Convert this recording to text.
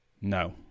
No